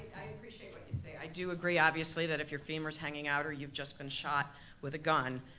i appreciate what you say. i do agree, obviously, that if your femur's hanging out or you've just been shot with a gun,